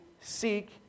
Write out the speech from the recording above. seek